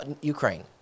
Ukraine